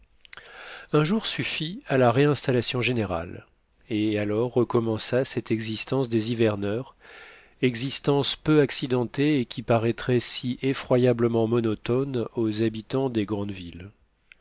un jour suffit à la réinstallation générale et alors recommença cette existence des hiverneurs existence peu accidentée et qui paraîtrait si effroyablement monotone aux habitants des grandes villes